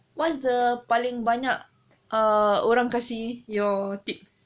what's the paling banyak ah orang kasih your tip